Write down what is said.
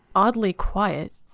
oddly quiet.